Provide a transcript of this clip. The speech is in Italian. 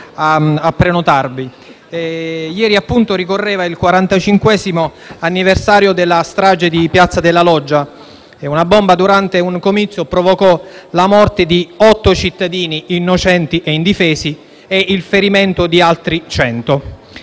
a prenotarmi. Ieri, appunto, ricorreva il 45° anniversario della strage di piazza della Loggia, dove una bomba durante un comizio provocò la morte di otto cittadini innocenti e indifesi e il ferimento di altri cento.